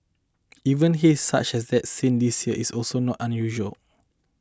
even haze such as that seen this year is also not unusual